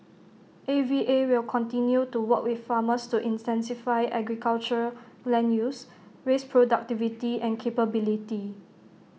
A V A will continue to work with farmers to intensify agriculture land use raise productivity and capability